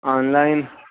online